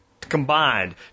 combined